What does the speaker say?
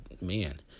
man